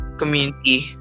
Community